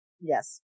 Yes